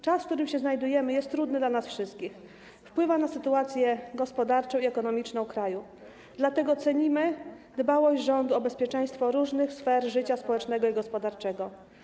Czas, w którym się znajdujemy, jest trudny dla nas wszystkich, wpływa na sytuację gospodarczą i ekonomiczną kraju, dlatego cenimy dbałość rządu o bezpieczeństwo różnych sfer życia społecznego i gospodarczego.